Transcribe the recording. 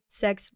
sex